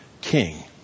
king